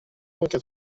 quatre